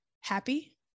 happy